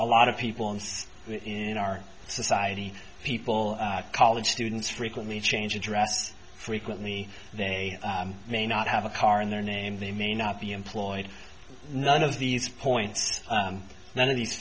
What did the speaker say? a lot of people and in our society people college students frequently change address frequently they may not have a car in their name they may not be employed none of these points none of these